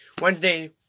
Wednesday